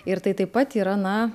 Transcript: ir tai taip pat yra na